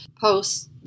posts